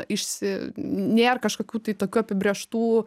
išsi nėr kažkokių tai tokių apibrėžtų